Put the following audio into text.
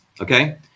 okay